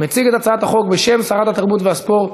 מציג את הצעת החוק, בשם שרת התרבות והספורט,